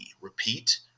repeat